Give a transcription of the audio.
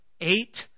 eight